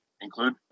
include